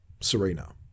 Serena